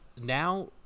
now